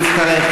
אני מצטרף.